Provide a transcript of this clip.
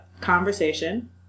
conversation